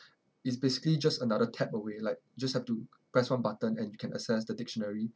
it's basically just another tap away like just have to press one button and you can access the dictionary